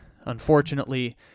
unfortunately